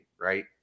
right